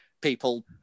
people